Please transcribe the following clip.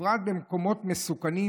בפרט במקומות מסוכנים,